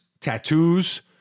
tattoos